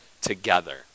together